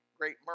great